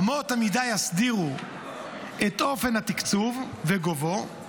אמות המידה יסדירו את אופן התקצוב וגובהו.